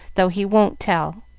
though he won't tell.